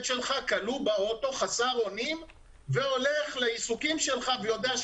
שלך כלוא באוטו חסר אונים והולך לעיסוקים שלך ויודע,